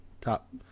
Top